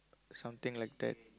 something like that